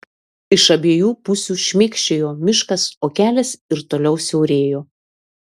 iš abiejų pusių šmėkščiojo miškas o kelias ir toliau siaurėjo